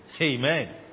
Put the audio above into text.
Amen